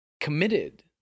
committed